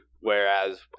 Whereas